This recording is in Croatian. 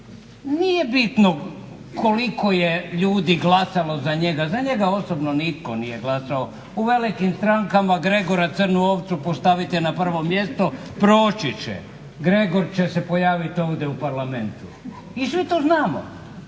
Nije bitno koliko je ljudi glasalo za njega. Za njega osobno nitko nije glasao. U velikim strankama Gregora, crnu ovcu postavite na prvo mjesto, proći će. Gregor će se pojavit ovdje u Parlamentu i svi to znamo,